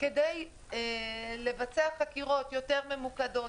כדי לבצע חקירות יותר ממוקדות,